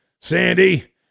Sandy